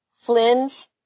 Flynn's